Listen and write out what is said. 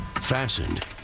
fastened